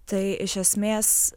tai iš esmės